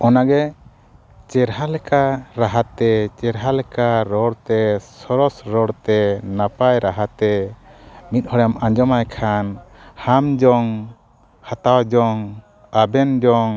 ᱚᱱᱟᱜᱮ ᱪᱮᱨᱦᱟ ᱞᱮᱠᱟ ᱨᱟᱦᱟᱛᱮ ᱪᱮᱨᱦᱟ ᱞᱮᱠᱟ ᱨᱚᱲᱛᱮ ᱥᱚᱨᱚᱥ ᱨᱚᱲᱛᱮ ᱱᱟᱯᱟᱭ ᱨᱟᱦᱟᱛᱮ ᱢᱤᱫ ᱦᱚᱲᱮᱢ ᱟᱸᱡᱚᱢ ᱟᱭ ᱠᱷᱟᱱ ᱦᱟᱢ ᱡᱚᱝ ᱦᱟᱛᱟᱣ ᱡᱚᱝ ᱟᱵᱮᱱ ᱡᱚᱝ